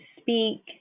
speak